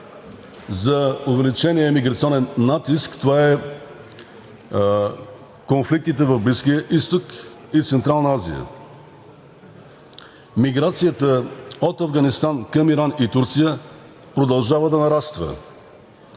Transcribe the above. за увеличения миграционен натиск, това са конфликтите в Близкия изток и в Централна Азия. Миграцията от Афганистан към Иран и Турция продължава да нараства.